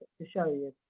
to show you.